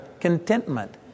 contentment